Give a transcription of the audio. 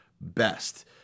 best